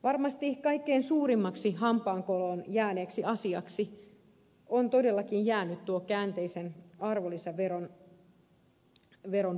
varmasti kaikkein suurimmaksi hampaankoloon jääneeksi asiaksi on todellakin jäänyt tuo käänteisen arvolisäveron projekti